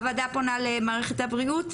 הוועדה פונה למערכת הבריאות,